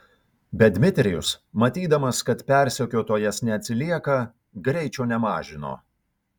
bet dmitrijus matydamas kad persekiotojas neatsilieka greičio nemažino